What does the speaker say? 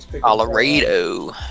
Colorado